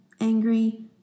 angry